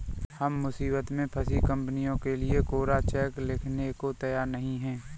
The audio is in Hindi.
हम मुसीबत में फंसी कंपनियों के लिए कोरा चेक लिखने को तैयार नहीं हैं